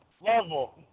Level